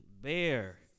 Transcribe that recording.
bear